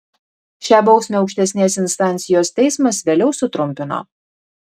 šią bausmę aukštesnės instancijos teismas vėliau sutrumpino